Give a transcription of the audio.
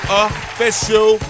official